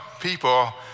people